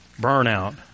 burnout